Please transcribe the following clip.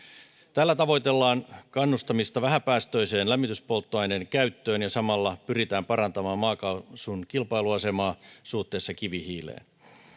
tällä tavoitellaan kannustamista vähäpäästöisten lämmityspolttoaineiden käyttöön ja samalla pyritään parantamaan maakaasun kilpailuasemaa suhteessa kivihiileen